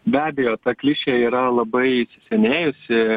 be abejo ta klišė yra labai įsisenėjusi